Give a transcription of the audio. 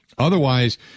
Otherwise